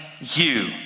you